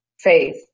faith